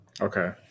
Okay